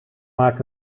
maakt